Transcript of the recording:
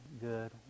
good